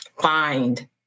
find